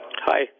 Hi